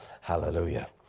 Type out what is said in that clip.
hallelujah